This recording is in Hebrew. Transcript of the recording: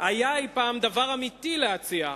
היה אי-פעם דבר אמיתי להציע,